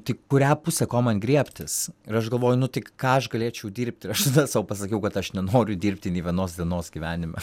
tai kurią pusę ko man griebtis ir aš galvoju nu tai ką aš galėčiau dirbti ir aš tada sau pasakiau kad aš nenoriu dirbti nei vienos dienos gyvenime